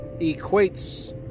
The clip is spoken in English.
equates